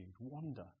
wonder